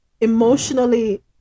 emotionally